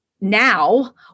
now